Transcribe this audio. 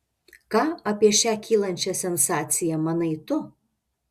ką apie šią kylančią sensaciją manai tu